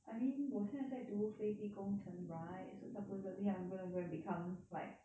I mean 我现在在读飞机工程 so supposedly I'm going to go and become like